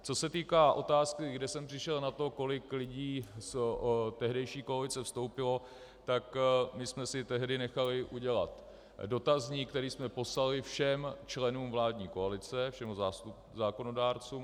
Co se týká otázky, kde jsem přišel na to, kolik lidí z tehdejší koalice vstoupilo, tak my jsme si tehdy nechali udělat dotazník, který jsme poslali všem členům vládní koalice, všem zákonodárcům.